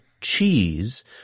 cheese